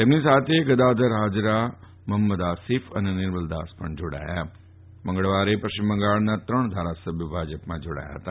તેમની સાથે કાર્યકરો ગદાધર ફાજરા મફંમદ આસીફ અને નિર્મલદાસ જાડાયા ફતા દ મંગળવારે પશ્ચિમ બંગાળના ત્રણ ધારાસભ્યો ભાજપમાં જાડાયા હતા